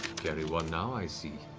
carry one now, i see.